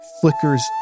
flickers